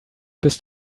bist